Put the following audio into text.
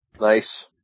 Nice